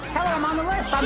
tell her i'm on the list.